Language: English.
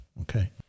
okay